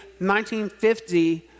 1950